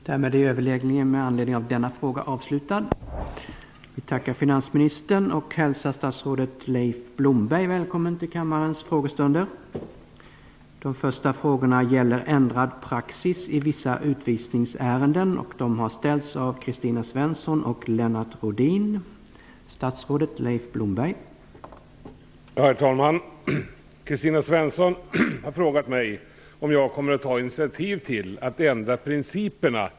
Två fall av utvisning av kvinnor som misshandlats av sina män har aktualiserat att principerna för utvisning måste ifrågasättas. I de två fallen har beslut om utvisning av kvinnorna motiverats av familjeanknytning. Kvinnorna hade misshandlats av sina män som också dömts för brotten. Trots detta beslutas om utvisning av kvinnorna. Kommer invandrarministern att ta initiativ till att ändra principerna för utvisning i de fall där kvinnor utsatts för våld av sina män?